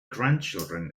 grandchildren